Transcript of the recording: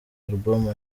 album